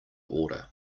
order